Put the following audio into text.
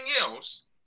else